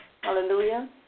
Hallelujah